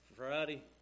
Friday